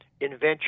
invention